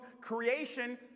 creation